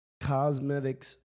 cosmetics